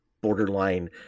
borderline